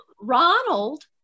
Ronald